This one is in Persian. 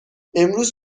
امروز